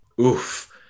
Oof